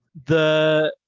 the